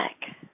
back